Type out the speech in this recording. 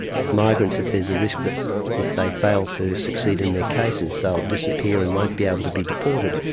with migrants, if there's a risk that if they fail to succeed in their cases, they'll disappear and won't be able to be deported.